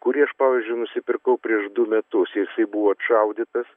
kurį aš pavyzdžiui nusipirkau prieš du metus jisai buvo apšaudytas